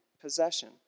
possession